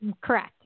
Correct